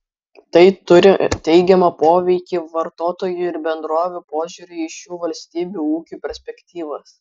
tai turi teigiamą poveikį vartotojų ir bendrovių požiūriui į šių valstybių ūkių perspektyvas